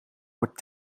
wordt